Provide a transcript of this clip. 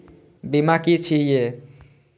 बीमा की छी ये?